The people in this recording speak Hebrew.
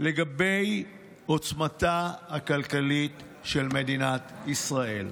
לגבי עוצמתה הכלכלית של מדינת ישראל.